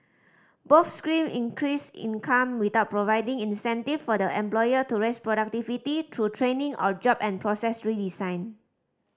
both scheme increased income without providing incentive for the employer to raise productivity through training or job and process redesign